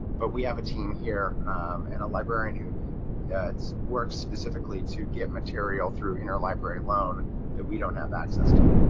but we have a team here and a librarian who that's works specifically to get material through interlibrary loan that we don't have access to